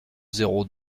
zéro